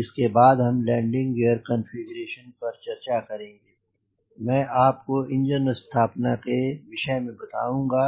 इसके बाद हम लैंडिंग गियर कॉन्फ़िगरेशन पर चर्चा करेंगे मैं आपको इंजन स्थापना के विषय में बताऊंगा